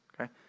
okay